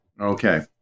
Okay